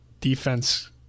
defense